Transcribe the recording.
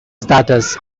status